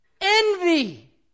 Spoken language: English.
Envy